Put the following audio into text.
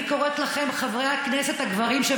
אני קוראת לכם, חברי הכנסת הגברים: